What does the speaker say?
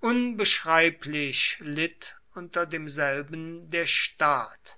unbeschreiblich litt unter demselben der staat